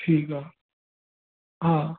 ठीकु आहे हा